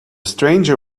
stranger